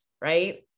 right